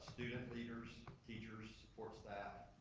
student leaders, teachers, support staff,